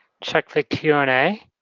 check the q and a.